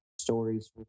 stories